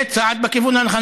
זה צעד בכיוון הנכון.